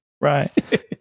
Right